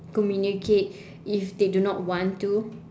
communicate if they do not want to